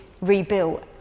rebuilt